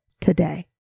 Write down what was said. today